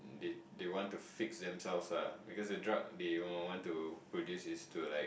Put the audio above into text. they they want to fix themselves ah because the drug they want to produce is to like